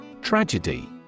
Tragedy